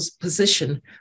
position